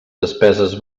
despeses